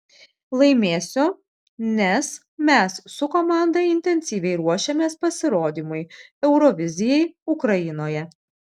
laimėsiu nes mes su komanda intensyviai ruošiamės pasirodymui eurovizijai ukrainoje